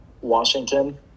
Washington